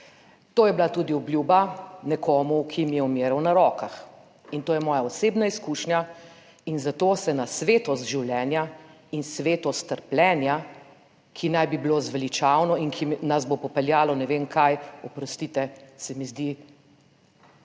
To je bila tudi obljuba nekomu, ki mi je umiral na rokah. In to je moja osebna izkušnja in zato se na svetost življenja in svetost trpljenja ki naj bi bilo zveličavno in ki nas bo popeljalo ne vem kaj, oprostite, se mi zdi,